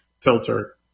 filter